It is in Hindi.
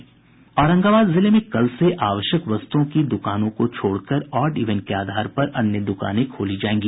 औरंगाबाद जिले में कल से आवश्यक वस्तुओं के दुकानों को छोड़कर ऑड इवेन के आधार पर अन्य दुकानें खोली जायेगी